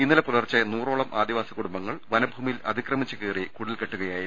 ഇന്നലെ പുലർച്ചെ നൂറോളം ആദിവാസി കുടുംബങ്ങൾ വനഭൂമിയിൽ അതിക്രമിച്ചു കയറി കുടിൽകെട്ടുകയായിരുന്നു